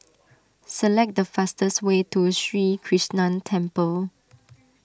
select the fastest way to Sri Krishnan Temple